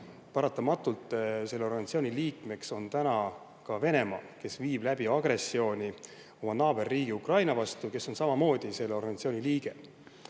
Paratamatult on selle organisatsiooni liikmeks täna ka Venemaa, kes viib läbi agressiooni oma naaberriigi Ukraina vastu, kes on samamoodi selle organisatsiooni liige.